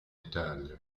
italia